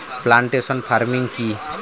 Plantation farming কি?